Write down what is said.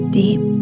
deep